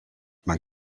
man